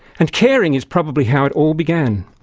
and caring is probably how it all began.